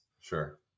Sure